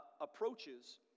approaches